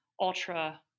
ultra